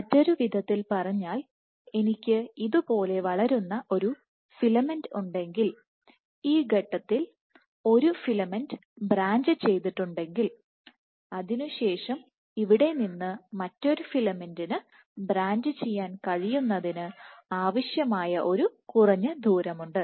മറ്റൊരു വിധത്തിൽ പറഞ്ഞാൽ എനിക്ക് ഇതുപോലെ വളരുന്ന ഒരു ഫിലമെന്റ് ഉണ്ടെങ്കിൽ ഈ ഘട്ടത്തിൽ ഒരു ഫിലമെന്റ് ബ്രാഞ്ച് ചെയ്തിട്ടുണ്ടെങ്കിൽ അതിനുശേഷം ഇവിടെ നിന്ന് മറ്റൊരു ഫിലമെന്റിനെ ബ്രാഞ്ച് ചെയ്യാൻ കഴിയുന്നതിന് ആവശ്യമായ ഒരു കുറഞ്ഞ ദൂരമുണ്ട്